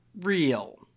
real